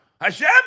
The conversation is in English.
Hashem